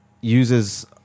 uses